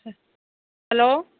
hello